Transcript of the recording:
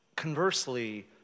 Conversely